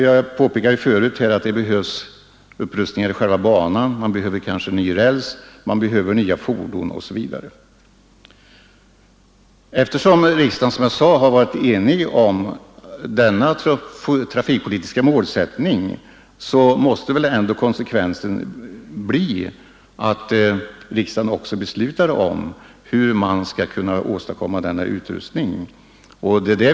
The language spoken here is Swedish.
Jag påpekade här förut att det behövs upprustningar av själva banan, kanske ny räls, nya fordon osv. Eftersom riksdagen, som jag sade, har varit enig om denna trafikpolitiska målsättning, måste väl ändå konsekvensen bli att riksdagen också beslutar om hur man skall åstadkomma denna upprustning.